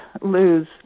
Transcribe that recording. lose